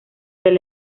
del